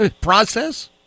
process